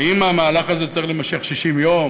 האם המהלך הזה צריך להימשך 60 יום?